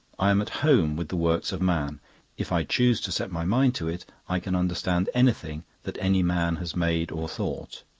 i am at home with the works of man if i choose to set my mind to it, i can understand anything that any man has made or thought.